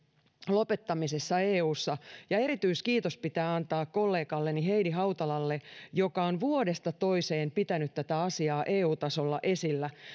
lopettamisessa eussa ja erityiskiitos pitää antaa kollegalleni heidi hautalalle joka on vuodesta toiseen pitänyt tätä asiaa eu tasolla esillä